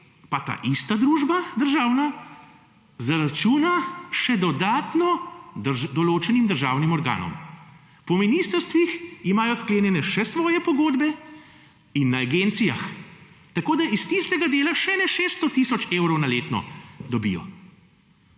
– 18.15** (nadaljevanje) zaračuna še dodatno določenim državnim organom. Po ministrstvih imajo sklenjene še svoje pogodbe in na agencijah, tako da iz tistega dela še ene 600 tisoč evrov letno dobijo.